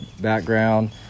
background